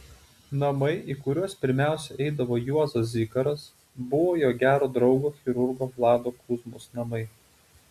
namai į kuriuos pirmiausia eidavo juozas zikaras buvo jo gero draugo chirurgo vlado kuzmos namai